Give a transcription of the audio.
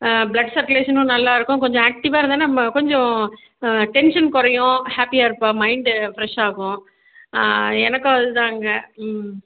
blood சர்குலேஷனும் நல்லாயிருக்கும் கொஞ்சம் ஆக்ட்டிவாக இருந்தால் நம்ம கொஞ்சம் டென்ஷன் குறையும் ஹாப்பியாக இருப்பாள் மைண்டு ஃப்ரெஷ் ஆகும் எனக்கும் அது தாங்க ம்